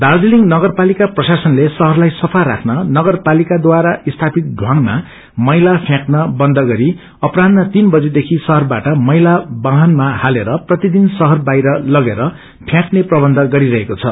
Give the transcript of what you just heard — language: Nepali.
दार्जीलिङ नगरपालिका प्रशासनले शहरलाई सफाा राचन नगर पालिकाद्वारा स्थापित ढुंगमा मैला फ्याक्न बन्द गरि अपराहन्न तीन बजीदेखि शहरबाट मैला वाहनमा झलेर प्रतिदिन शहर बाहिर लगेर फ्याकने प्रबन्ध गरिरहेको छ